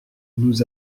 nous